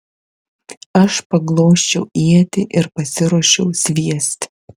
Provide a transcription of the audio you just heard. aš paglosčiau ietį ir pasiruošiau sviesti